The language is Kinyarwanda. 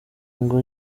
ngo